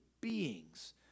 beings